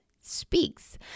speaks